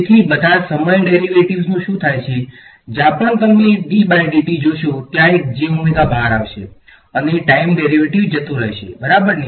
તેથી બધા સમય ડેરિવેટિવ્ઝનું શું થાય છે જ્યાં પણ તમે જોશો ત્યાં એક બહાર આવશે અને ટાઈમ ડેરિવેટિવ્ઝ જતો રહેશેબરાબર ને